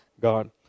God